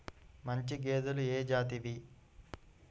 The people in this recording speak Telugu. మంచి గేదెలు ఏ జాతివి?